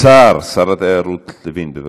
השר, שר התיירות יריב לוין, בבקשה,